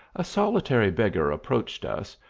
a solitary beggar approached us,